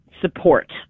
support